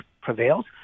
prevails